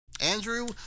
Andrew